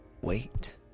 Wait